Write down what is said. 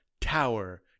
tower